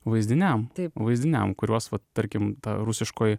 vaizdiniam vaizdiniam kuriuos tarkim ta rusiškoji